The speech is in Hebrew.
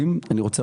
הסכום.